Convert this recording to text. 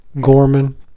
Gorman